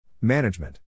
Management